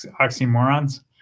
oxymorons